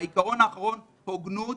העיקרון האחרון הוא הוגנות,